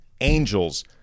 Angels-